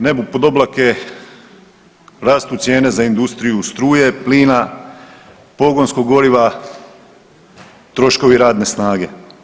Nebu pod oblake rastu cijene za industriju struje, plina, pogonskog goriva, troškovi radne snage.